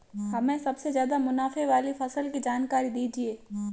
हमें सबसे ज़्यादा मुनाफे वाली फसल की जानकारी दीजिए